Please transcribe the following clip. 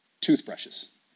Toothbrushes